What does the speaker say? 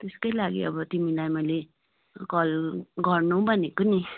त्यसकै लागि अब तिमीलाई मैले कल गर्नु भनेको नि